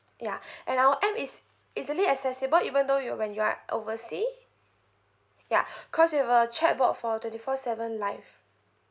ya and our app is easily accessible even though you when you're oversea ya cause there were chatbot for twenty four seven live